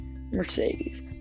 Mercedes